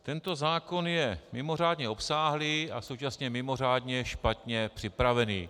Tento zákon je mimořádně obsáhlý a současně mimořádně špatně připravený.